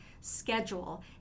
schedule